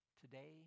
today